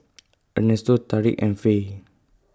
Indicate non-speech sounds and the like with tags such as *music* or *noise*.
*noise* Ernesto Tarik and Faye